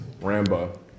Rambo